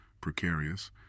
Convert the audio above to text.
precarious